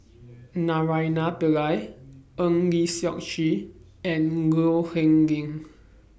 Naraina Pillai Eng Lee Seok Chee and Low Yen Ling